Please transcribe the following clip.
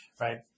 right